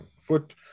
foot